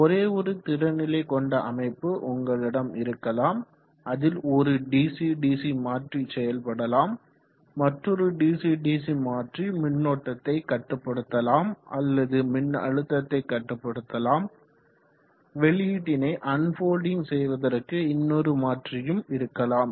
ஓரே ஒரு திறன் நிலை கொண்ட அமைப்பு உங்களிடம் இருக்கலாம் அதில் ஒரு டிசி டிசி மாற்றி செயல்படலாம் மற்றொரு டிசி டிசி மாற்றி மின்னோட்டத்தை கட்டுப்படுத்தலாம் அல்லது மின்னழுத்தத்தை கட்டுப்படுத்தலாம் வெளியீட்டினை அன்ஃபொல்டிங் செய்வதற்கு இன்னொரு மாற்றியும் இருக்கலாம்